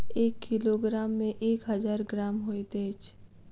एक किलोग्राम मे एक हजार ग्राम होइत अछि